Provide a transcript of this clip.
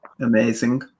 Amazing